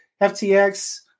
FTX